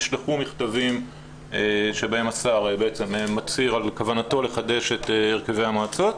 נשלחו מכתבים שבהם השר בעצם מצהיר על כוונתו לחדש את הרכבי המועצות.